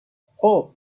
خوب